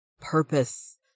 purpose